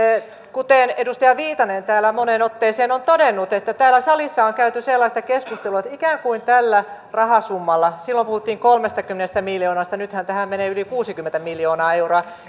kuten edustaja viitanen täällä moneen otteeseen on todennut täällä salissa on käyty sellaista keskustelua että ikään kuin tällä rahasummalla silloin puhuttiin kolmestakymmenestä miljoonasta nythän tähän menee yli kuusikymmentä miljoonaa euroa